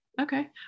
Okay